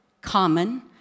common